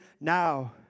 now